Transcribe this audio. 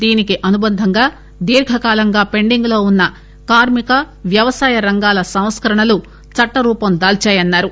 దీనికి అనుబంధంగా దీర్ఘకాలంగా పెండింగ్ లో వున్న కార్మిక వ్యవసాయ రంగాల సంస్కరణలు చట్టరూపం దాల్చాయన్నారు